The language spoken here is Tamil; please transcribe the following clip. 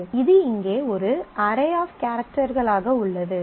இதேபோல் இது எஸ் க்யூ எல் அட்ரிபியூட் இது இங்கே ஒரு அரே ஆஃப் கேரக்டர்களாக உள்ளது